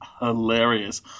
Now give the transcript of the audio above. hilarious